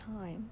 time